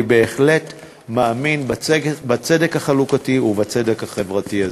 אני בהחלט מאמין בצדק החלוקתי ובצדק החברתי הזה.